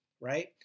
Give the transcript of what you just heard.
right